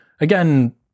again